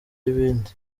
y’ibindi